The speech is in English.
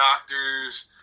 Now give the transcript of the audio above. doctors